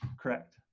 Correct